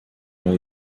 new